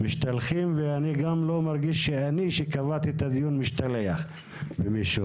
משתלחים ואני גם לא מרגיש שאני שקבעתי את הדיון משתלח במישהו,